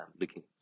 looking